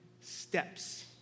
steps